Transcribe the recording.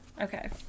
Okay